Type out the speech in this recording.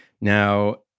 Now